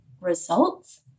results